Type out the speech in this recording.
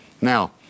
Now